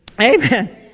amen